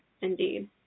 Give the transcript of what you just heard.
indeed